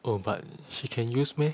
oh but she can use meh